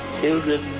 children